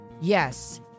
Yes